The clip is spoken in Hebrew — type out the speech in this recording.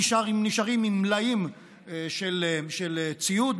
נשארים עם מלאים של ציוד,